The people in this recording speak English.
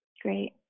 Great